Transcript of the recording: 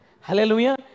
Hallelujah